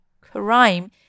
crime